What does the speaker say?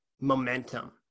momentum